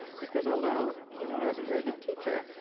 because although he thought i was a very good teacher,